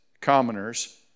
commoners